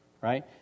right